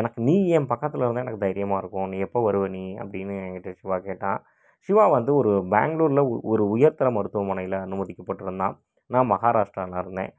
எனக்கு நீ என் பக்கத்தில் இருந்தால் எனக்கு தைரியமாக இருக்கும் நீ எப்போ வருவ நீ அப்படின்னு என்கிட்டே சிவா கேட்டான் சிவா வந்து ஒரு பேங்களூரில் ஓ ஒரு உயர்தர மருத்துவமனையில் அனுமதிக்கப்பட்டிருந்தான் நான் மஹாராட்ஸ்டிராவில் இருந்தேன்